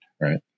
right